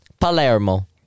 Palermo